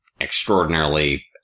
extraordinarily